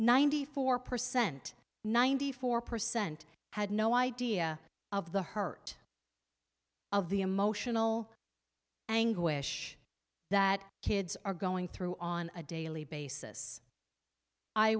ninety four percent ninety four percent had no idea of the hurt of the emotional anguish that kids are going through on a daily basis i